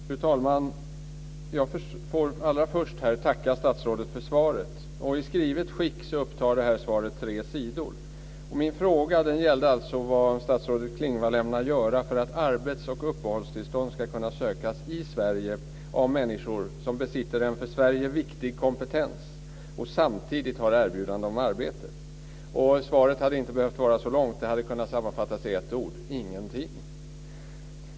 Fru talman! Jag får allra först tacka statsrådet för svaret. I skrivet skick upptar svaret tre sidor. Min fråga gällde alltså vad statsrådet Klingvall ämnar göra för att arbets och uppehållstillstånd ska kunna sökas i Sverige av människor som besitter en för Sverige viktig kompetens och samtidigt har erbjudande om arbete. Svaret hade inte behövt vara så långt. Det hade kunnat sammanfattas i ett ord: Ingenting.